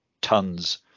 tons